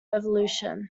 evolution